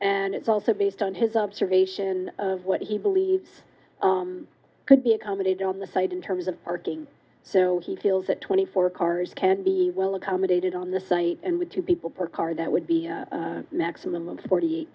and it's also based on his observation of what he believes could be a comedy down the site in terms of parking so he feels that twenty four cars can be well accommodated on the site and with two people per car that would be a maximum of forty